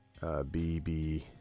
BB